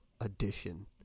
edition